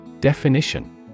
Definition